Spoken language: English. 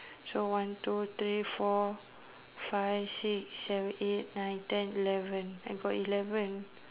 so one two three four five six seven eight nine ten eleven I got eleven